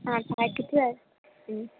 ആ പാക്കറ്റ് ഉം